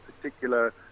particular